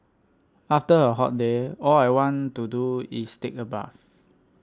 after a hot day all I want to do is take a bath